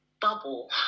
bubble